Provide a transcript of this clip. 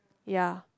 ya